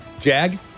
Jag